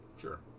sure